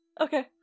Okay